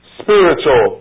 spiritual